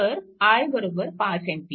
तर i 5A